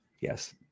Yes